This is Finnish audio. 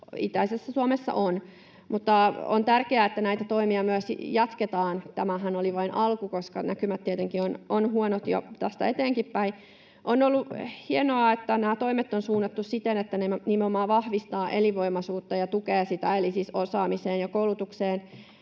itäisessä Suomessa on. Mutta on tärkeää, että näitä toimia myös jatketaan, koska tämähän oli vain alku ja näkymät tietenkin ovat huonot tästä eteenkinpäin. On ollut hienoa, että nämä toimet on suunnattu siten, että ne nimenomaan vahvistavat elinvoimaisuutta ja tukevat sitä. Eli siis osaamiseen ja koulutukseen